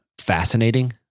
fascinating